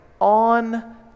on